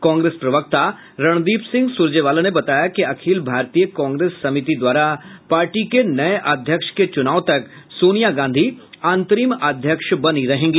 कांग्रेस प्रवक्ता रणदीप सिंह सुरजेवाला ने बताया कि अखिल भारतीय कांग्रेस समिति द्वारा पार्टी के नए अध्यक्ष के चुनाव तक सोनिया गांधी अंतरिम अध्यक्ष बनी रहेंगी